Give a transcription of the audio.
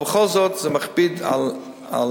אבל בכל זאת זה מכביד על האזרח.